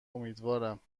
امیدوارم